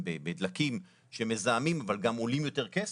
בדלקים שמזהמים אבל גם עולים יותר כסף,